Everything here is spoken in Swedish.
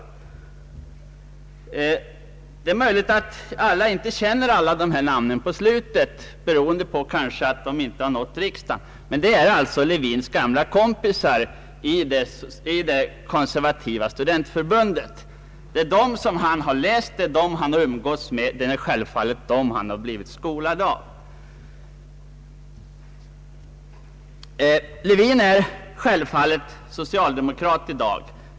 Det är möjligt att alla inte känner namnen på slutet, beroende kanske på att några av dessa personer inte har nått riksdagen. Men det är alltså Lewins gamla kompisar i konservativa studentförbundet — det är de personer han har läst med och umgåtts med och blivit skolad av. Lewin är självfallet socialdemokrat i dag.